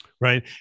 right